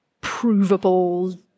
provable